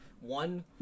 one